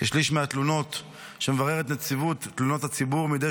כשליש מהתלונות שמבררת נציבות תלונות הציבור מדי